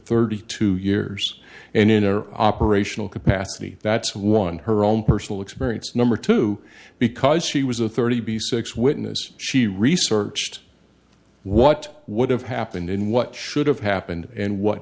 thirty two years and in our operational capacity that's one her own personal experience number two because she was a thirty b six witness she researched what would have happened in what should have happened and what